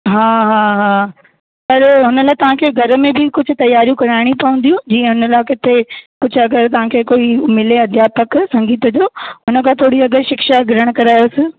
हा हा हा अरे हुन लाइ तव्हां खे घर में बि कुझु तियारियूं कराइणियूं पवंदियूं जीअं इन लाइ किथे कुझु अगरि तव्हां खे मिले कोई अध्यापक संगीत जो उन खां थोरी अगरि शिक्षा ग्रहण करायोसि